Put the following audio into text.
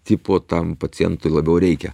tipo tam pacientui labiau reikia